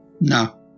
No